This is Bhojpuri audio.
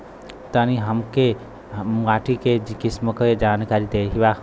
तनि हमें माटी के किसीम के जानकारी देबा?